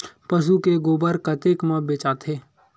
पशु के गोबर कतेक म बेचाथे?